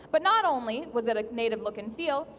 but not only was it a native look and feel,